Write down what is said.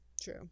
True